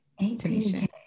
18k